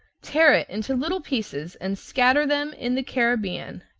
tear it into little pieces and scatter them in the caribbean.